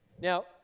Now